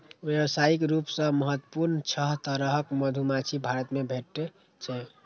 व्यावसायिक रूप सं महत्वपूर्ण छह तरहक मधुमाछी भारत मे भेटै छै